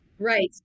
Right